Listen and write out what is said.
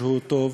שהוא טוב,